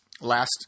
last –